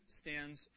stands